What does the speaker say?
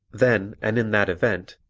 then and in that event,